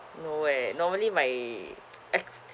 no eh normally my ex